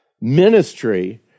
ministry